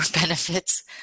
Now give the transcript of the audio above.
benefits